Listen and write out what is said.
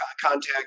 contact